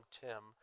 Tim